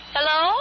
Hello